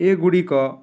ଏଗୁଡ଼ିକ